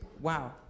Wow